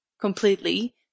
completely